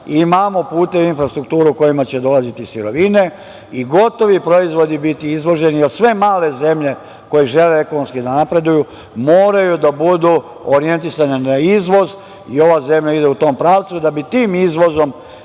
imamo puteve i infrastrukturu kojima će dolaziti sirovine i gotovi proizvodi biti izvoženi, jer sve male zemlje koje žele ekonomski da napreduju moraju da budu orijentisane na izvoz i ova zemlja ide u tom pravcu da bi tim izvozom